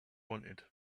wanted